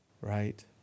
Right